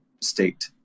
state